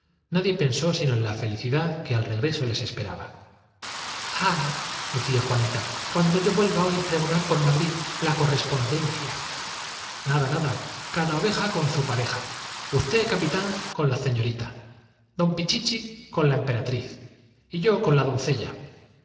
nadie pensó sino en la felicidad que al regreso les es peraba ah decía juanita cuando yo vuelva á oir pregonar por madrid la correspondencia nada nada cada oveja con zu pareja uzté capitán con la ceñorita don pichiclii con la emperatriz y yo con la doncella